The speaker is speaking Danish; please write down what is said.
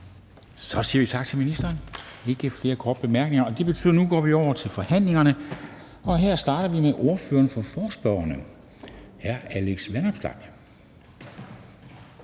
Så siger vi tak til ministeren. Der er ikke flere korte bemærkninger, og det betyder, at vi nu går over til forhandlingerne, og her starter vi med ordføreren for forespørgerne, hr. Alex Vanopslagh.